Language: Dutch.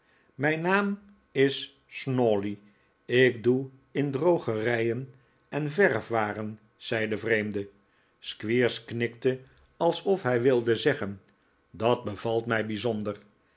mijn naam is snawley ik doe in drogerijen en verfwaren zei de vreemde squeers knikte alsof hij wilde zeggen dat bevalt mij bijzonder